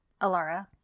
Alara